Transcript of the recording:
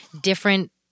different